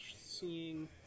seeing